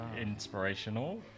inspirational